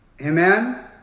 Amen